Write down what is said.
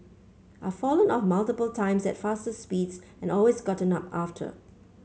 I've fallen off multiple times at faster speeds and always gotten up after